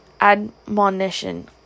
admonition